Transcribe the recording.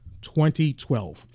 2012